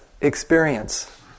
experience